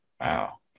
Wow